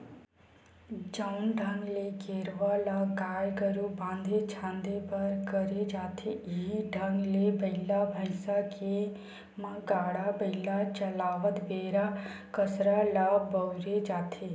जउन ढंग ले गेरवा ल गाय गरु बांधे झांदे बर करे जाथे इहीं ढंग ले बइला भइसा के म गाड़ा बइला चलावत बेरा कांसरा ल बउरे जाथे